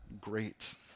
great